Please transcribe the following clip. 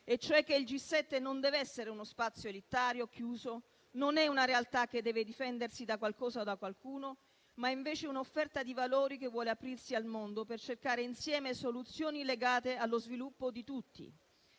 e cioè che il G7 non deve essere uno spazio elitario chiuso, non è una realtà che deve difendersi da qualcosa o da qualcuno, ma è invece un'offerta di valori che vuole aprirsi al mondo per cercare insieme soluzioni legate allo sviluppo di tutti.